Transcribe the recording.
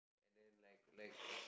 and then like like